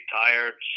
tired